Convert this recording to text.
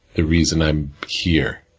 the reason i'm here,